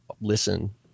listen